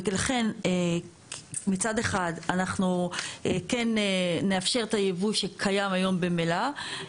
ולכן מצד אחד אנחנו כן נאפשר את הייבוא שקיים היום ממילא.